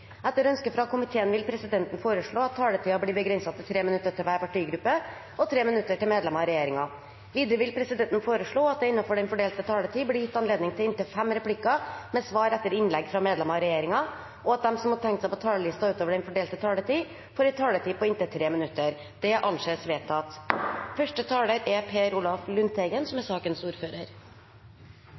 Etter ønske fra arbeids- og sosialkomiteen vil presidenten foreslå at taletiden blir begrenset til 3 minutter til hver partigruppe og 3 minutter til medlemmer av regjeringen. Videre vil presidenten foreslå at det – innenfor den fordelte taletid – blir gitt anledning til inntil fem replikker med svar etter innlegg fra medlemmer av regjeringen, og at de som måtte tegne seg på talerlisten utover den fordelte taletid, får en taletid på inntil 3 minutter. – Det anses vedtatt.